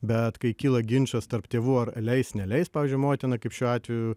bet kai kyla ginčas tarp tėvų ar leis neleis pavyzdžiui motina kaip šiuo atveju